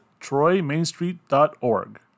TroyMainStreet.org